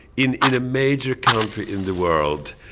in in a major country in the world,